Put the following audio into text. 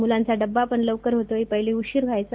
मुलांचा डबा लवकर होतो पहिले उशिर व्हायचा